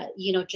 ah you know,